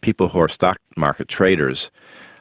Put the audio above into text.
people who are stock market traders